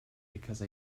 because